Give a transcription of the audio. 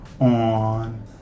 on